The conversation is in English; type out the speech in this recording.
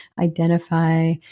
identify